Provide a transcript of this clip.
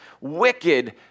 wicked